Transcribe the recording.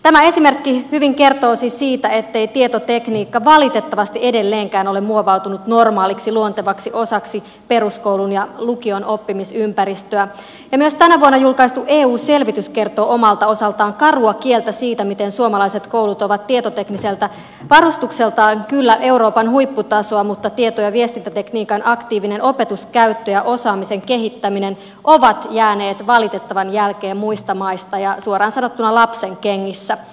tämä esimerkki hyvin kertoo siis siitä ettei tietotekniikka valitettavasti edelleenkään ole muovautunut normaaliksi luontevaksi osaksi peruskoulun ja lukion oppimisympäristöä ja myös tänä vuonna julkaistu eu selvitys kertoo omalta osaltaan karua kieltä siitä miten suomalaiset koulut ovat tietotekniseltä varustukseltaan kyllä euroopan huipputasoa mutta tieto ja viestintätekniikan aktiivinen opetus käyttö ja osaamisen kehittäminen ovat jääneet valitettavan jälkeen muista maista ja ovat suoraan sanottuna lapsenkengissä